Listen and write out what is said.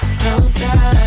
closer